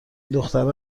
دختران